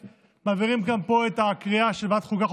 אז אנחנו מעבירים גם פה את הקריאה של ועדת החוקה,